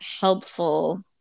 helpful